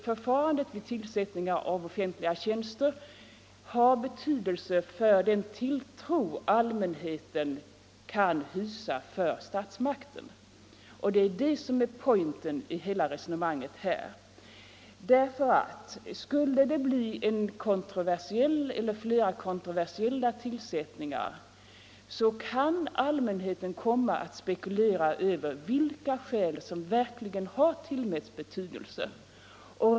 Förfarandet vid tillsättning av offentliga tjänster har betydelse för den tilltro allmänheten kan hysa för statsmakterna, och det är det som är poängen i hela resonemanget här. Skulle det bli flera kontroversiella tillsättningar så kan allmänheten komma att spekulera över vilka skäl som verkligen har tillmätts betydelse.